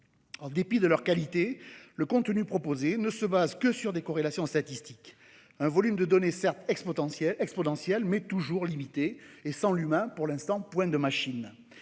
En dépit de leur qualité, le contenu proposé ne se fonde que sur des corrélations statistiques, un volume de données certes exponentiel, mais toujours limité. Sans l'humain, point de machine,